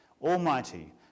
Almighty